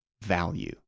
value